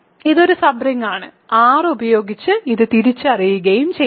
ഇതൊരു സബ് റിങ്ങാണ് R ഉപയോഗിച്ച് ഇത് തിരിച്ചറിയുകയും ചെയ്യാം